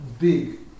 big